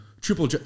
triple